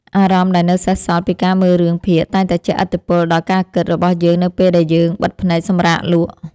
អារម្មណ៍ដែលនៅសេសសល់ពីការមើលរឿងភាគតែងតែជះឥទ្ធិពលដល់ការគិតរបស់យើងនៅពេលដែលយើងបិទភ្នែកសម្រាកលក់។